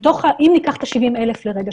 אם ניקח את ה-70,000 לרגע,